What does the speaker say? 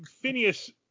Phineas